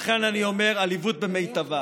לכן אני אומר: עליבות במיטבה.